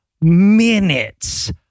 minutes